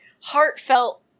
heartfelt